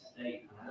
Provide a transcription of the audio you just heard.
state